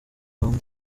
bandi